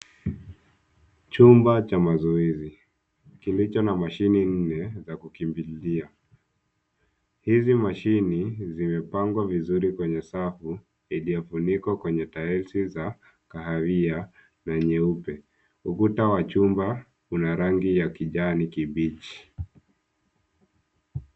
Chumba cha mazoezi kilicho na mashini nne za kukimbililia. Hizi mashini zimepangwa vizuri kwenye safu iliyofunikwa kwenye taeli za kahawia na nyeupe. Ukuta wa chumba una rangi ya kijani kibichi.